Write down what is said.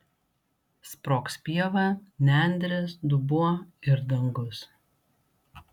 sprogs pieva nendrės dubuo ir dangus